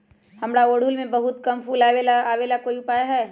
हमारा ओरहुल में बहुत कम फूल आवेला ज्यादा वाले के कोइ उपाय हैं?